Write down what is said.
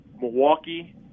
Milwaukee